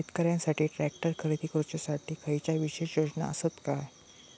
शेतकऱ्यांकसाठी ट्रॅक्टर खरेदी करुच्या साठी खयच्या विशेष योजना असात काय?